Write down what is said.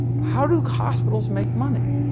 how do hospitals make money?